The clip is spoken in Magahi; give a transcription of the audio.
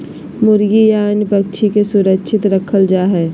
मुर्गी या अन्य पक्षि के सुरक्षित रखल जा हइ